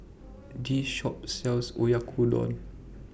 This Shop sells Oyakodon